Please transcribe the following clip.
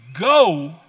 Go